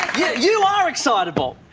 yeah, you are excitable.